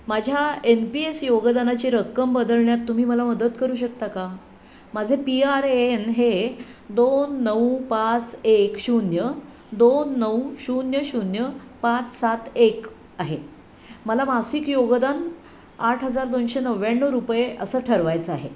माझ्या N P S योगदानाची रक्कम बदलण्यात तुम्ही मला मदत करू शकता का माझे पी आर ए एन हे दोन नऊ पाच एक शून्य दोन नऊ शून्य शून्य पाच सात एक आहे मला मासिक योगदान आठ हजार दोनशे नव्व्याण्णव रुपये असं ठरवायचं आहे